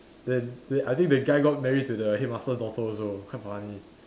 then then I think the guy got married to the head master daughter also quite funny